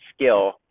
skill